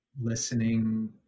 listening